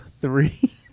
three